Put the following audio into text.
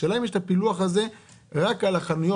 השאלה אם יש את הפילוח הזה רק על החנויות,